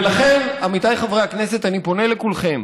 ולכן, עמיתיי חברי הכנסת, אני פונה לכולכם: